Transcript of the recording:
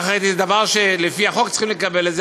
החרדי זה דבר שלפי החוק צריכים לקבל,